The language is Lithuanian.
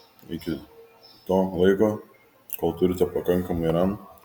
iki to laiko kol turite pakankamai ram